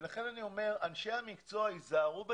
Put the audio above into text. ולכן אני אומר: אנשי המקצוע היזהרו בדבריכם.